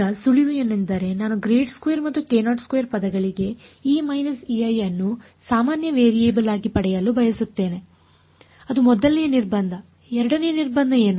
ಈಗ ಸುಳಿವು ಏನೆಂದರೆ ನಾನು ಮತ್ತು ಪದಗಳಿಗೆ ಅನ್ನು ಸಾಮಾನ್ಯ ವೇರಿಯೇಬಲ್ ಆಗಿ ಪಡೆಯಲು ಬಯಸುತ್ತೇನೆ ಅದು ಮೊದಲನೇಯ ನಿರ್ಬಂಧ ಎರಡನೇ ನಿರ್ಬಂಧ ಏನು